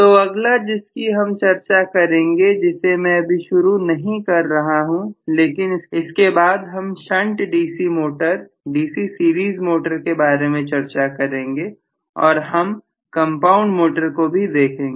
तो अगला जिसकी हम चर्चा करेंगे जिसे मैं अभी शुरू नहीं कर रहा हूं लेकिन इसके बाद हम shunt DC motor DC series motor के बारे में चर्चा करेंगे और हम कंपाउंड मोटर को भी देखेंगे